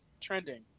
trending